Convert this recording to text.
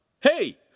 Hey